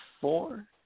four